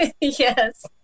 Yes